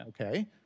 okay